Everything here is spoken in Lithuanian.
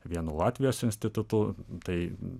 vienu latvijos institutu tai